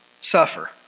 suffer